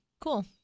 cool